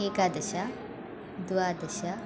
एकादश द्वादश